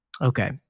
Okay